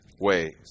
ways